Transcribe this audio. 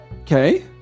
okay